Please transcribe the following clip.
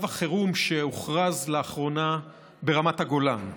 החירום שהוכרז לאחרונה ברמת הגולן.